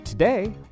Today